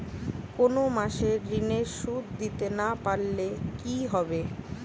কোন মাস এ ঋণের সুধ দিতে না পারলে কি হবে?